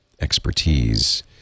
expertise